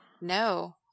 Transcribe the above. No